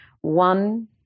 one